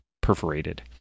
perforated